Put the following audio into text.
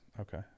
Okay